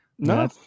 No